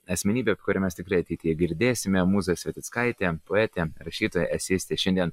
asmenybė kurią mes tikrai ateityje girdėsime mūza svetickaitė poetė rašytoja eseistė šiandien